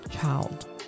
child